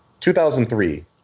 2003